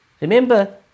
Remember